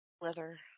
leather